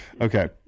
okay